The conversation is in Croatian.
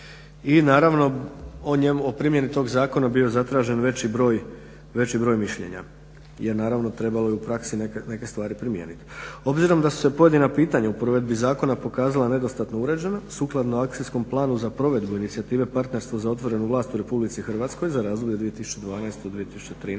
i naravno o primjeni tog zakona bio je zatražen veći broj mišljenja. Jer naravno trebalo je u praksi neke stvari primijeniti. Obzirom da su se pojedina pitanja u provedbi zakona pokazala nedostatno uređena sukladno Akcijskom planu za provedbu inicijative partnerstva za otvorenu vlast u RH za razdoblje 2012.-2013.